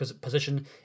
position